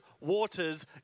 waters